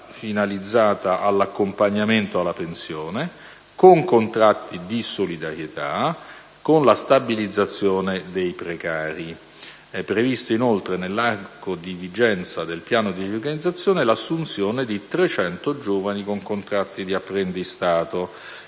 finalizzata all'accompagnamento alla pensione, con contratti di solidarietà, con la stabilizzazione dei precari. È prevista inoltre, nell'arco di vigenza del piano di riorganizzazione, l'assunzione di 300 giovani con contratti di apprendistato.